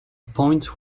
point